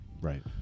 right